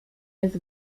jest